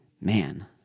Man